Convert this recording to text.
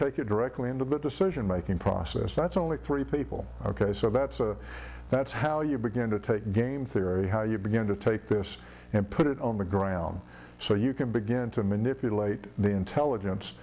take you directly into the decision making process that's only three people ok so that's a that's how you begin to take game theory how you begin to take this and put it on the ground so you can begin to manipulate the intelligence